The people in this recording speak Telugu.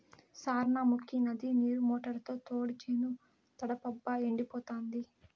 సార్నముకీ నది నీరు మోటారుతో తోడి చేను తడపబ్బా ఎండిపోతాంది